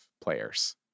players